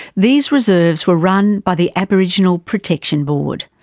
these reserves were run by the aborigines protection board.